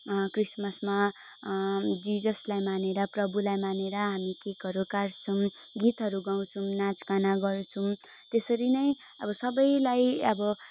क्रिसमसमा जिजसलाई मानेर प्रभुलाई मानेर हामी केकहरू काट्छौँ गीतहरू गाउँछौँ नाँचगान गर्छौँ त्यसरी नै अब सबैलाई अब